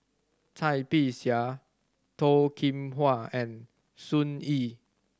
Cai Bixia Toh Kim Hwa and Sun Yee